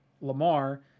Lamar